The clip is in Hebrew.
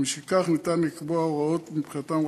ומשכך ניתן לקבוע הוראות מבחינתם,